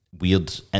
weird